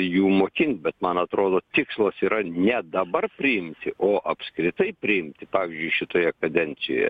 jų mokint bet man atrodo tikslas yra ne dabar priimti o apskritai priimti pavyzdžiui šitoje kadencijoje